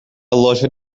loja